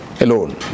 alone